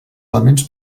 elements